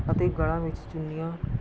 ਅਤੇ ਗਲਾਂ ਵਿੱਚ ਚੁੰਨੀਆਂ